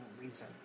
reason